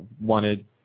wanted